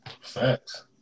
Facts